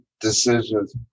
decisions